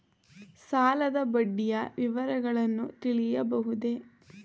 ಸಾಲದ ಬಡ್ಡಿಯ ವಿವರಗಳನ್ನು ತಿಳಿಯಬಹುದೇ?